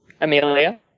Amelia